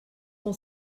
pel